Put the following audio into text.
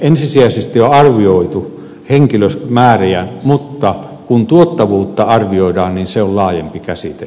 ensisijaisesti on arvioitu henkilömääriä mutta kun tuottavuutta arvioidaan niin se on laajempi käsite